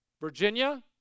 Virginia